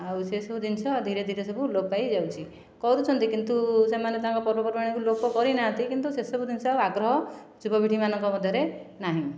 ଆଉ ସେସବୁ ଜିନିଷ ଧୀରେ ଧୀରେ ସବୁ ଲୋପ ପାଇଯାଉଛି କରୁଛନ୍ତି କିନ୍ତୁ ସେମାନେ ତାଙ୍କ ପର୍ବପର୍ବାଣି ଲୋପ କରି ନାହାନ୍ତି କିନ୍ତୁ ସେସବୁ ଜିନିଷ ଆଉ ଆଗ୍ରହ ଯୁବ ପିଢ଼ି ମାନଙ୍କ ମଧ୍ୟରେ ନାହିଁ